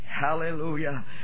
Hallelujah